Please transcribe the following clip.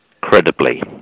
credibly